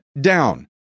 down